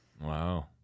Wow